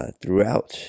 Throughout